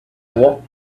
walked